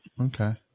Okay